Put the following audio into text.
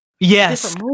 Yes